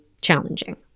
challenging